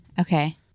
Okay